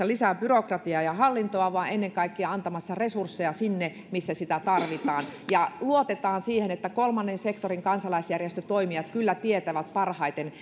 lisää byrokratiaa ja hallintoa vaan ennen kaikkea antamassa resursseja sinne missä niitä tarvitaan ja luotetaan siihen että kolmannen sektorin kansalaisjärjestötoimijat kyllä tietävät parhaiten